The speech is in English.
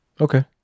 Okay